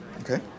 Okay